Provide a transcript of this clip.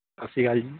ਸਤਿ ਸ਼੍ਰੀ ਅਕਾਲ ਜੀ